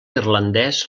irlandès